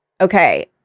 okay